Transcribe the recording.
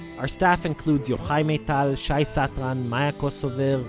our staff includes yochai maital, shai satran, maya kosover,